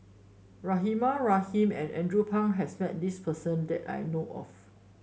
Rahimah Rahim and Andrew Phang has met this person that I know of